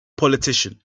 politician